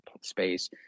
space